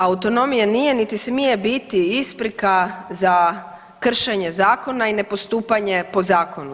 Autonomija nije niti smije biti isprika za kršenje zakona i nepostupanje po zakonu.